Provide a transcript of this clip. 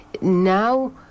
Now